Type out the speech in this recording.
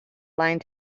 line